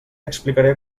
explicaré